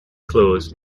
closed